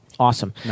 Awesome